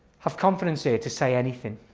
have confidence here to say anything.